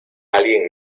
alguien